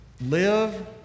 live